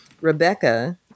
Rebecca